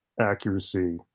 accuracy